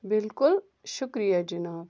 بالکل شُکریہ جِناب